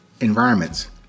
environments